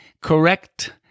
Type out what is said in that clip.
correct